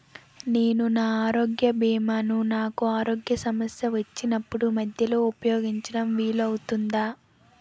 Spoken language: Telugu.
నేను నా ఆరోగ్య భీమా ను నాకు ఆరోగ్య సమస్య వచ్చినప్పుడు మధ్యలో ఉపయోగించడం వీలు అవుతుందా?